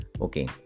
Okay